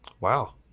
Wow